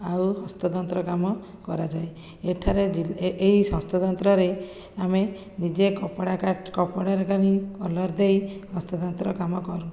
ଆଉ ହସ୍ତତନ୍ତ କାମ କରାଯାଏ ଏଠାରେ ଏହି ହସ୍ତତନ୍ତରେ ଆମେ ନିଜେ କପଡ଼ା କାଟ କପଡ଼ା କଲର୍ ଦେଇ ହସ୍ତତନ୍ତ କାମ କରୁ